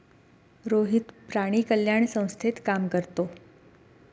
रोहित प्राणी कल्याण संस्थेत काम करतो